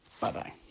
bye-bye